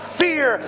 fear